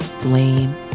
blame